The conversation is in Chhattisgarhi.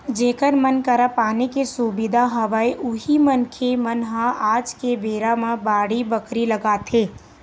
जेखर मन करा पानी के सुबिधा हवय उही मनखे मन ह आज के बेरा म बाड़ी बखरी लगाथे